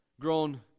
grown